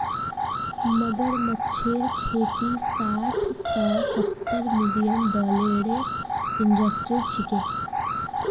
मगरमच्छेर खेती साठ स सत्तर मिलियन डॉलरेर इंडस्ट्री छिके